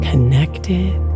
connected